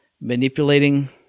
manipulating